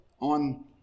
on